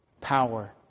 power